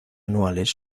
anuales